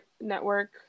Network